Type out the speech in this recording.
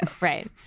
right